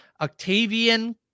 Octavian